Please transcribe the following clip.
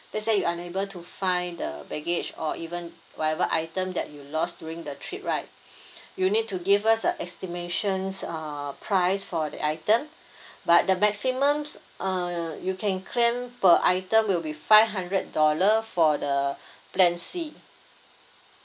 let's say you unable to find the baggage or even whatever item that you lost during the trip right you need to give us a estimations err price for the item but the maximum err you can claim per item will be five hundred dollar for the plan C